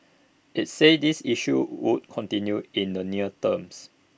IT said these issues would continue in the near terms